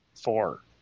four